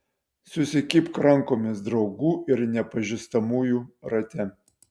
susikibk rankomis draugų ir nepažįstamųjų rate